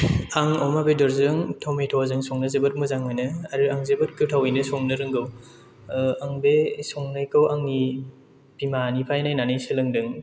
आं अमा बेदरजों टमेट जों संनो जोबोद मोजां मोनो आरो आं जोबोद गोथावैनो संनो रोंगौ आं बे संनायखौ आंनि बिमानिफ्राय नायनानै सोलोंदों